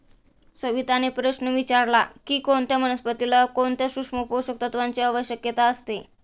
सविताने प्रश्न विचारला की कोणत्या वनस्पतीला कोणत्या सूक्ष्म पोषक तत्वांची आवश्यकता असते?